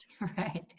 Right